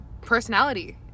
personality